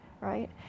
right